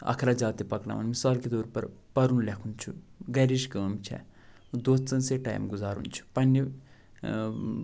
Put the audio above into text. اخراجات تہِ پَکناوان مِثال کے طور پر پَرُن لیٚکھُن چھُ گَرِچ کٲم چھےٚ دوستَن سۭتۍ ٹایِم گُزارُن چھِ پَنٛنہِ